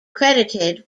credited